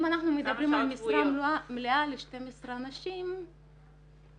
אם אנחנו מדברים על משרה מלאה ל-12 אנשים --- אני